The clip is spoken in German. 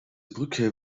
brücke